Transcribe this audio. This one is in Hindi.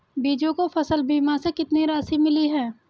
बीजू को फसल बीमा से कितनी राशि मिली है?